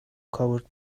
covered